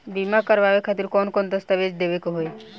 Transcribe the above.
बीमा करवाए खातिर कौन कौन दस्तावेज़ देवे के होई?